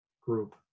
group